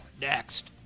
Next